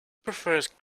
prefers